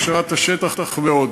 הכשרת השטח ועוד,